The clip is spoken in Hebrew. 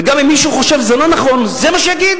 וגם אם מישהו חושב שזה לא נכון, זה מה שיגידו.